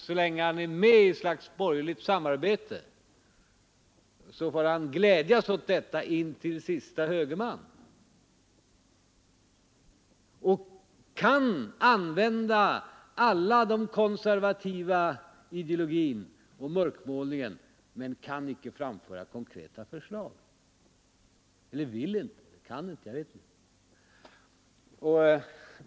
Så länge han är med i ett slags borgerligt samarbete får han glädja sig åt detta intill sista högerman och kan använda hela den konservativa ideologin och mörkmålningen men kan icke eller vill icke — jag vet inte vad — framföra konkreta förslag.